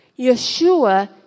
Yeshua